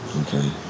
okay